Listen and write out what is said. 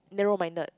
narrow minded